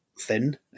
thin